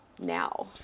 now